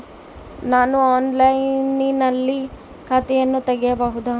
ನಾನು ಆನ್ಲೈನಿನಲ್ಲಿ ಖಾತೆಯನ್ನ ತೆಗೆಯಬಹುದಾ?